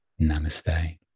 Namaste